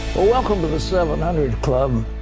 welcome to the seven hundred club.